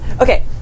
Okay